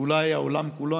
ואולי העולם כולו.